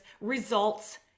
results